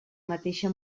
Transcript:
mateixa